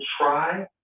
try